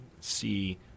see